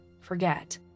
forget